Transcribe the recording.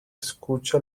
escucha